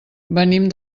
venim